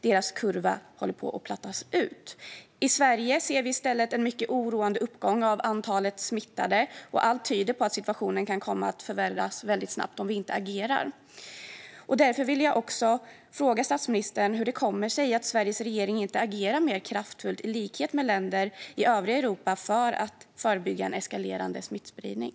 Deras kurva håller på att plattas ut. I Sverige ser vi i stället en mycket oroande uppgång av antalet smittade. Allt tyder på att situationen kan komma att förvärras väldigt snabbt om vi inte agerar. Därför vill jag fråga statsministern hur det kommer sig att Sveriges regering inte agerar mer kraftfullt, i likhet med länder i övriga Europa, för att förebygga en eskalerande smittspridning.